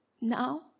now